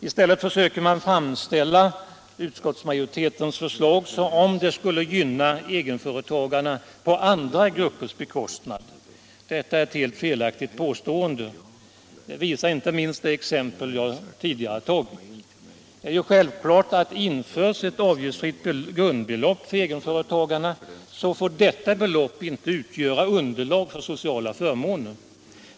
I stället försöker man framställa utskottsmajoritetens förslag som att det skulle gynna egenföretagarna på andra gruppers bekostnad. Det är ett helt felaktigt påstående. Detta visar inte minst det exempel jag tagit. Det är självklart att införs ett avgiftsfritt grundbelopp för egenföretagarna, så får detta belopp inte utgöra underlag för sociala förmåner.